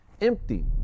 Empty